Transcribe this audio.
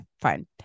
fine